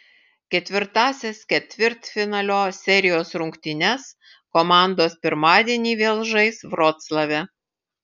ketvirtąsias ketvirtfinalio serijos rungtynes komandos pirmadienį vėl žais vroclave